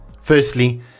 Firstly